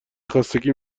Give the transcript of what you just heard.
خستگی